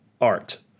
art